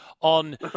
on